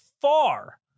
far